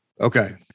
Okay